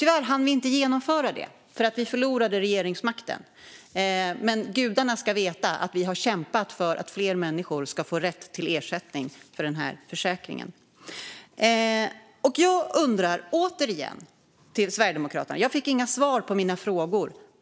Tyvärr hann vi inte genomföra det för att vi förlorade regeringsmakten, men det ska gudarna veta att vi har kämpat för att fler människor ska få rätt till ersättning från den här försäkringen. Jag vill återigen ställa frågor till Sverigedemokraterna. Jag fick inga svar på mina frågor.